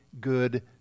good